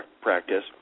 practice